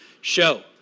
show